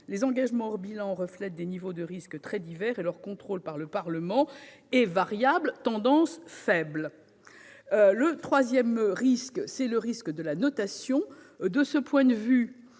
Les engagements hors bilan reflètent donc des niveaux de risque très divers et leur contrôle par le Parlement est variable, tendance faible ... Le troisième risque, c'est celui de la notation. À ce titre,